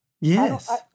Yes